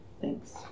Thanks